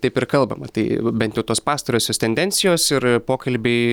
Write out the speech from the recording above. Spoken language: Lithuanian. taip ir kalbama tai bent jau tos pastarosios tendencijos ir pokalbiai